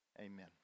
Amen